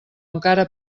encara